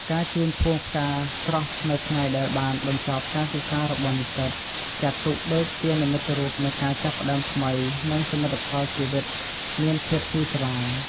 ការជូនភួងផ្កាស្រស់នៅ ថ្ងៃដែលបានបញ្ចប់ការសិក្សារបស់និស្សិត ចាត់ទុកដូចជានិមិត្តរូបនៃការចាប់ផ្តើមថ្មី និងសមិទ្ធផលជីវិតមានភាពភ្លឺស្វាង។